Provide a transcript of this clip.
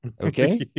Okay